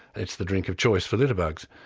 it's the drink of choice for litterbugs.